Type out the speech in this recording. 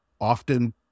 often